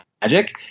magic